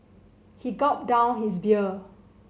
he gulped down his beer